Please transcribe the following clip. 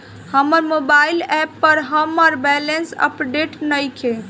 हमर mobile app पर हमर बैलेंस अपडेट नइखे